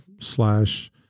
slash